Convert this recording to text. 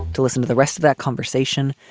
to listen to the rest of that conversation,